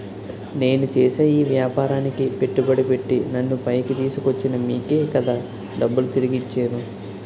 నేను చేసే ఈ వ్యాపారానికి పెట్టుబడి పెట్టి నన్ను పైకి తీసుకొచ్చిన మీకే కదా డబ్బులు తిరిగి ఇచ్చేను